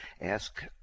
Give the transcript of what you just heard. ask